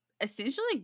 essentially